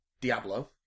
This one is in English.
Diablo